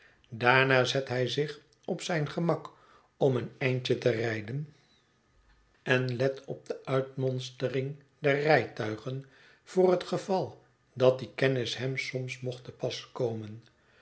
daarna zet hij zich op zijn gemak om een eindje te rijden en let op de uitmonstering der rijtuigen voor het geval dat die kennis hem soms mocht te pas komen